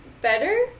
better